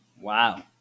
Wow